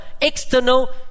external